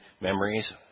memories